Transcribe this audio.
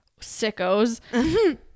sickos